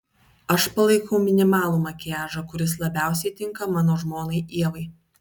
aš palaikau minimalų makiažą kuris labiausiai tinka mano žmonai ievai